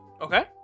Okay